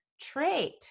trait